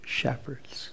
shepherds